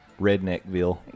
Redneckville